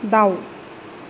दाउ